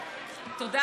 תודה.